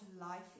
life